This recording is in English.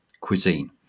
cuisine